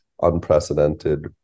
unprecedented